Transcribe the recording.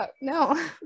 No